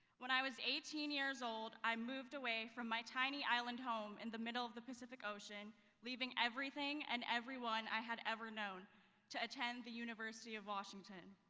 when i was eighteen years old i moved away from my tiny island home in the middle of the pacific ocean leaving everything and everyone i had ever known to attend the university of washington.